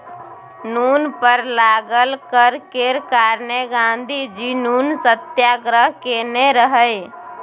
नुन पर लागल कर केर कारणेँ गाँधीजी नुन सत्याग्रह केने रहय